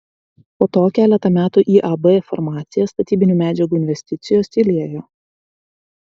po to keletą metų iab farmacija statybinių medžiagų investicijos tylėjo